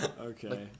Okay